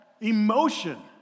emotion